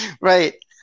Right